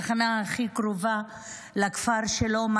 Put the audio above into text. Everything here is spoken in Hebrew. התחנה הכי קרובה לכפר שלו,